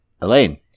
Elaine